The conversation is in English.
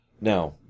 Now